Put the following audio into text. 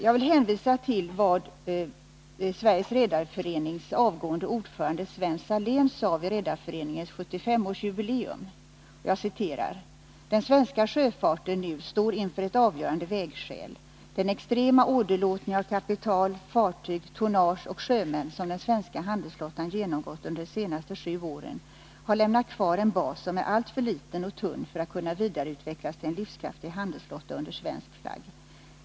Jag vill hänvisa till vad Sveriges Redareförenings avgående ordförande Sven Salén sade vid Redareföreningens 75-årsjubileum: ”Den svenska sjöfarten står nu inför ett avgörande vägskäl. Den extrema åderlåtning av kapital, fartyg, tonnage och sjömän som den svenska handelsflottan genomgått under de senaste sju åren har lämnat kvar en bas som är alltför liten och tunn för att kunna vidareutvecklas till en livskraftig handelsflotta under svensk flagg.